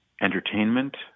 entertainment